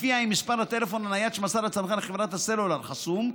ולפיה אם מספר הטלפון הנייד שמסר הצרכן לחברת הסלולר חסום,